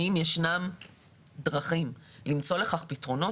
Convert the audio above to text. האם ישנן דרכים למצוא לכך פתרונות?